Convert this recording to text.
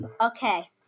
Okay